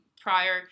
prior